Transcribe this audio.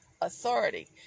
Authority